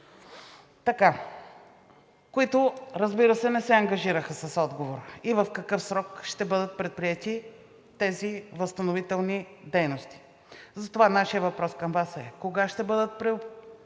…които, разбира се, не се ангажираха с отговор и в какъв срок ще бъдат предприети тези възстановителни дейности. Затова нашият въпрос към Вас е кога ще бъдат предприети